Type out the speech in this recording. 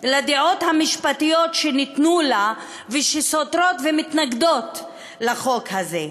גם לדעות המשפטיות שניתנו לה ושסותרות ומתנגדות לחוק הזה.